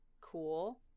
Cool